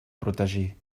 protegir